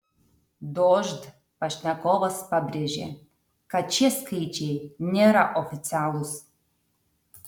dožd pašnekovas pabrėžė kad šie skaičiai nėra oficialūs